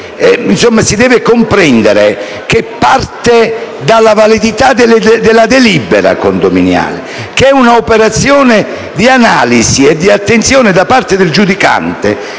materia condominiale parte dalla validità della delibera condominiale che è un'operazione di analisi e di attenzione da parte del giudicante